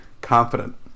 confident